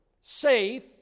Safe